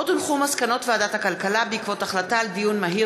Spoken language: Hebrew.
מסקנות ועדת הכלכלה בעקבות דיון מהיר